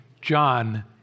John